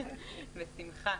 בשמחה.